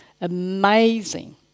amazing